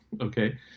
okay